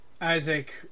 Isaac